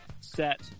set